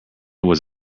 was